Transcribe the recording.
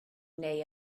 neu